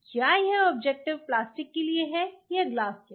क्या यह objective plastic के लिए है या ग्लास के लिए